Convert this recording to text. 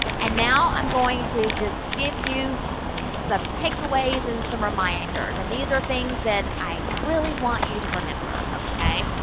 and now i'm going to just give you some take-aways and some reminders. and these are things that i really want you to remember. okay?